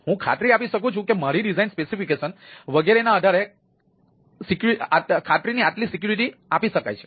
હું ખાતરી આપી શકું છું કે મારી ડિઝાઇન સ્પેસિફિકેશન વગેરેના આધારે ખાતરી આટલી સિક્યુરિટીની આપી શકાય છે